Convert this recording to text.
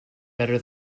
better